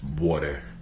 water